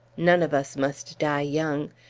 none of us must die young.